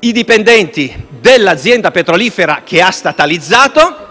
i dipendenti dell'azienda petrolifera, che ha statalizzato.